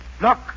Look